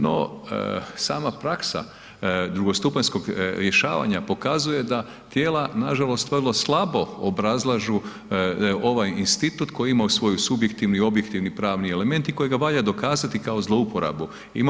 No, sama praksa drugostupanjskog rješavanja pokazuje da tijela nažalost vrlo slabo obrazlažu ovaj institut koji ima svoju subjektivni i objektivni pravni element i kojega valja dokazati kao zlouporabu.